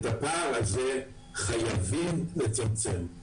ואת הפער הזה חייבים לצמצם.